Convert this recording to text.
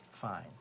fine